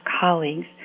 colleagues